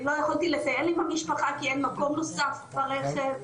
לא יכולתי לטייל עם המשפחה כי אין מקום נוסף ברכב,